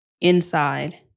inside